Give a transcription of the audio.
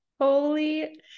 holy